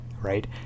right